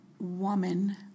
woman